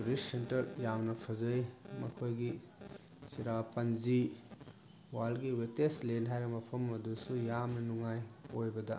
tourist centre ꯌꯥꯝꯅ ꯐꯖꯩ ꯃꯈꯣꯏꯒꯤ ꯆꯤꯔꯥꯄꯟꯖꯤ ꯋꯔꯜꯒꯤ ꯋꯦꯠꯇꯦꯁ ꯂꯦꯟ ꯍꯥꯏꯔꯤꯕ ꯃꯐꯝ ꯑꯗꯨꯁꯨ ꯌꯥꯝꯅ ꯅꯨꯡꯉꯥꯏ ꯀꯣꯏꯕꯗ